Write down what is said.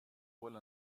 bhfuil